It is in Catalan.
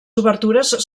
obertures